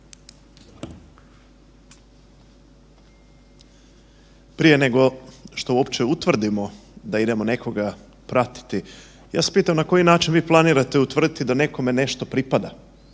Prije nego što uopće utvrdimo da idemo nekoga pratiti, ja vas pitam na koji način vi planirate utvrditi da nekome nešto pripada,